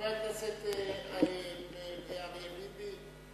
חבר הכנסת אריה ביבי.